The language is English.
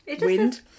Wind